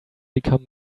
become